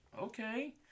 okay